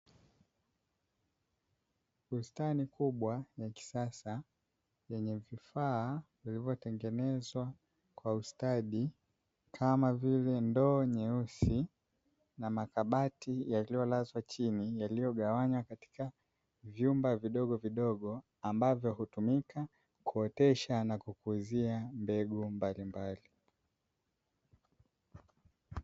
Bustani kubwa ya kisasa yenye vifaa vilivyotengenezwa kwa ustadi kama vile ndoo nyeusi na makabati yaliyo lazwa chini yaliyo gawanywa katika vyumba vidogo vidogo ambavyo hutumika kuotesha na kukuzia mbegu za aina mbalimbali.